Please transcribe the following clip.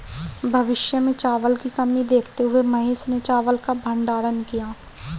भविष्य में चावल की कमी देखते हुए महेश ने चावल का भंडारण किया